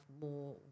more